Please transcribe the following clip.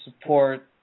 support